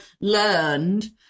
learned